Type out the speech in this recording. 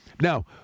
Now